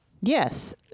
Yes